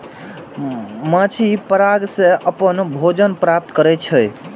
माछी पराग सं अपन भोजन प्राप्त करै छै